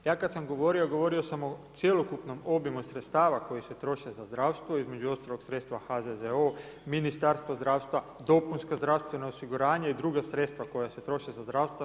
Ja kada sam govorio, govorio sam o cjelokupnom obimu sredstava koja se troše za zdravstvo, između ostalog sredstva HZZO, Ministarstvo zdravstva, dopunska zdravstvena osiguranja i druga sredstva koja se troše za zdravstvo.